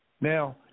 Now